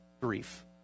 grief